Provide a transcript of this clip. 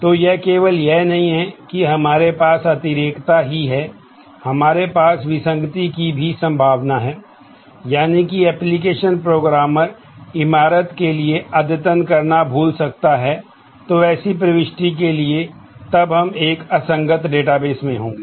तो यह केवल यह नहीं है कि हमारे पास अतिरेकता ही है हमारे पास विसंगति की भी संभावना है यानी कि एप्लीकेशन प्रोग्रामर में होंगे